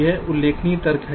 यह उल्लेखनीय तर्क है